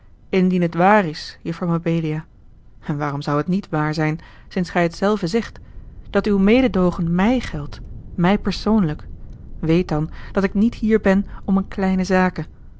indien het waar is juffer mabelia en waarom zou het niet waar zijn sinds gij het zelve zegt dat uw mededoogen mij geldt mij persoonlijk weet dan dat ik niet hier ben om eene kleine zake